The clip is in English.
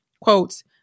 quotes